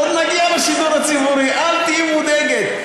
עוד נגיע לשידור הציבורי, אל תהיי מודאגת.